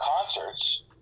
concerts